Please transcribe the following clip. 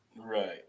Right